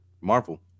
Marvel